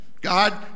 God